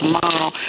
tomorrow